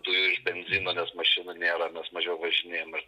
dujų ir benzino nes mašina nėra mes mažiau važinėjam ir